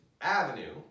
avenue